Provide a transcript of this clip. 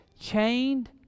chained